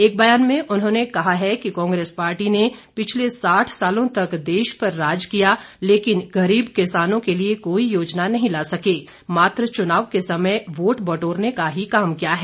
एक ब्यान में उन्होंने कहा है कि कांग्रेस पार्टी ने पिछले साठ सालों तक देश पर राज किया लेकिन गरीब किसानों के लिए कोई योजना नहीं ला सके मात्र चुनाव के समय वोट बटोरने का ही काम किया है